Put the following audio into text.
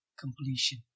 completion